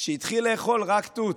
שהתחיל לאכול רק תות.